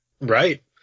right